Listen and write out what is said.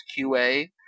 QA